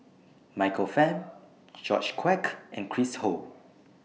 Michael Fam George Quek and Chris Ho